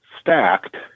stacked